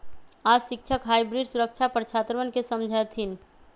आज शिक्षक हाइब्रिड सुरक्षा पर छात्रवन के समझय थिन